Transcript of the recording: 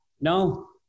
no